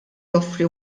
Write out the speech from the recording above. joffri